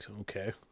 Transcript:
Okay